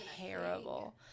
terrible